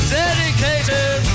dedicated